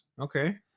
Okay